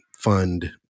fund